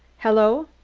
hello!